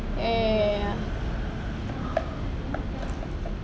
ya ya ya ya